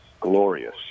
glorious